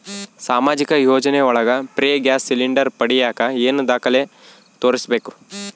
ಸಾಮಾಜಿಕ ಯೋಜನೆ ಒಳಗ ಫ್ರೇ ಗ್ಯಾಸ್ ಸಿಲಿಂಡರ್ ಪಡಿಯಾಕ ಏನು ದಾಖಲೆ ತೋರಿಸ್ಬೇಕು?